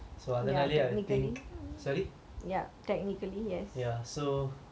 so அதுனால:athunaala I think sorry ya so